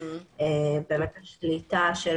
שליטה של